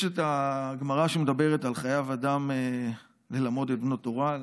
יש את הגמרא שאומרת שחייב אדם ללמד את בנו תורה,